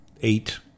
eight